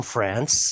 France